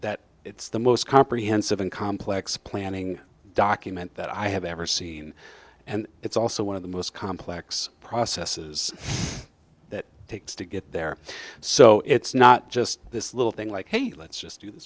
that it's the most comprehensive and complex planning document that i have ever seen and it's also one of the most complex processes that takes to get there so it's not just this little thing like hey let's just